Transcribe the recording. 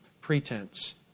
pretense